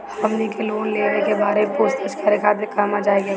हमनी के लोन सेबा के बारे में पूछताछ करे खातिर कहवा जाए के पड़ी?